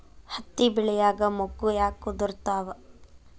ಹತ್ತಿ ಬೆಳಿಯಾಗ ಮೊಗ್ಗು ಯಾಕ್ ಉದುರುತಾವ್?